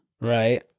right